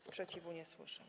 Sprzeciwu nie słyszę.